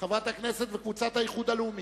חברת הכנסת שלי יחימוביץ